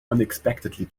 unexpectedly